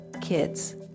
kids